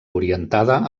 orientada